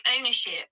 ownership